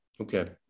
Okay